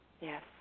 Yes